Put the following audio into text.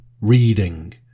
reading